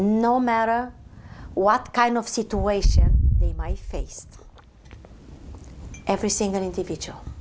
no matter what kind of situation might face every single individual